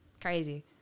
crazy